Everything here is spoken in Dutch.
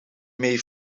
mee